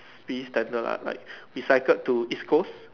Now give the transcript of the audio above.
pretty standard lah like we cycle to East Coast